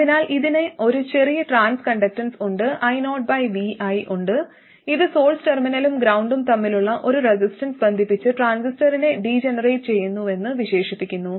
അതിനാൽ ഇതിന് ഒരു ചെറിയ ട്രാൻസ് കണ്ടക്ടൻസ് ഉണ്ട് io ബൈ vi ഉണ്ട് ഇത് സോഴ്സ് ടെർമിനലും ഗ്രൌണ്ടും തമ്മിലുള്ള ഒരു റെസിസ്റ്റൻസ് ബന്ധിപ്പിച്ച് ട്രാൻസിസ്റ്ററിനെ ഡിജെനറേറ്റ് ചെയ്യുന്നുവെന്ന് വിശേഷിപ്പിക്കുന്നു